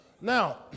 Now